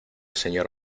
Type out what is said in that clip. señor